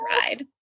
ride